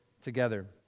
together